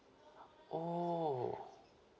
oh